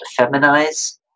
feminize